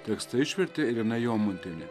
tekstą išvertė irena jomantienė